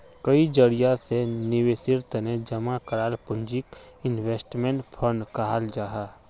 कई जरिया से निवेशेर तने जमा कराल पूंजीक इन्वेस्टमेंट फण्ड कहाल जाहां